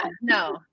No